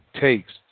takes